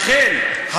לכן,